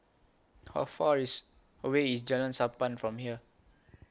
How Far IS away IS Jalan Sappan from here